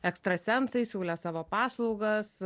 ekstrasensais siūlė savo paslaugas